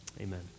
Amen